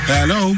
Hello